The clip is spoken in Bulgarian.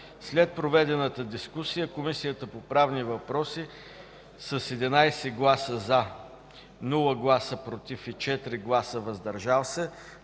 След проведената дискусия Комисията по правни въпроси с 11 гласа „за”, без „против” и 4 гласа „въздържали се”